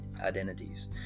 identities